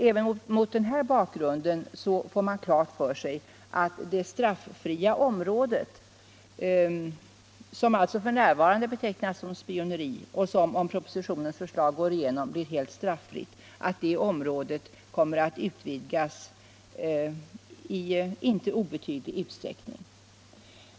Även mot denna bakgrund får man klart för sig att det område, som f.n. betecknas som spioneri men som om propositionens förslag går igenom kommer att bli helt straffritt, utvidgas i inte obetydlig utsträckning.